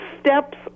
steps